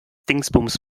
dingsbums